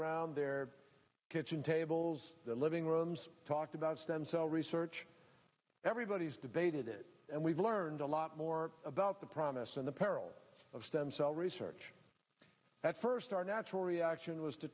around their kitchen tables the living rooms talked about stem cell research everybody's debated it and we've learned a lot more about the promise and the peril of stem cell research at first our natural reaction was to